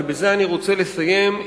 ובזה אני רוצה לסיים,